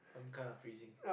I'm kind of freezing